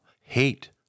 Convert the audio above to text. hate